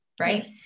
Right